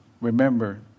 remember